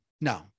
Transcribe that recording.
no